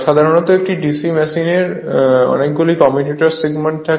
সাধারণত একটি DC মেশিনে অনেকগুলি কমিউটার সেগমেন্ট থাকে